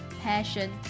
passion